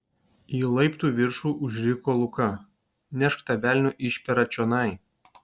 į laiptų viršų užriko luka nešk tą velnio išperą čionai